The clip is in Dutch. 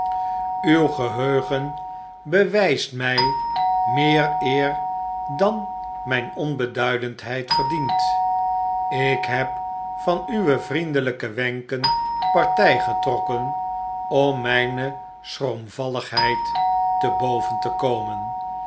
uw geheugen bewijst mij meer eer dan mijne onbeduidendheid verdient ik heb van uwe vriendelijke wenken partij getrokken om mijne schroomvalligheid te boven te komen